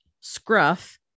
scruff